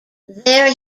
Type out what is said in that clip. there